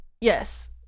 Yes